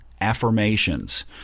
affirmations